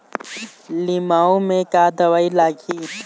लिमाऊ मे का दवई लागिही?